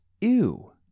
Ew